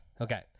Okay